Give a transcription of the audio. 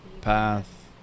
Path